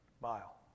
mile